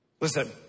Listen